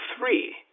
three